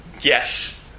yes